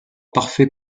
parfait